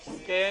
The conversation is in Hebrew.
כן.